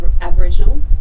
Aboriginal